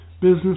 business